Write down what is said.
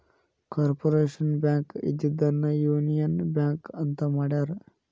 corporation Bank ಇದ್ದಿದ್ದನ್ನ Union Bank ಅಂತ ಮಾಡ್ಯಾರ